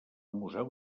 museu